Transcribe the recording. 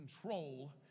control